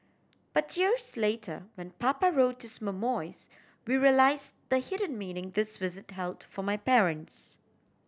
but years later when Papa wrote his memoirs we realise the hidden meaning this visit held for my parents